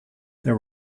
there